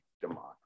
democracy